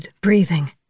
breathing